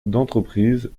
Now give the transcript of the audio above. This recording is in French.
d’entreprises